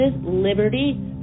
liberty